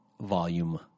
volume